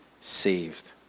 saved